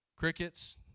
Crickets